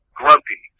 grumpy